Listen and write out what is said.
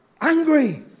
angry